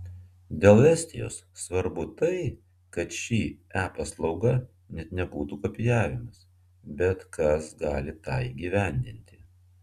dėl estijos svarbu tai kad ši e paslauga net nebūtų kopijavimas bet kas gali tą įgyvendinti